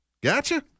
Gotcha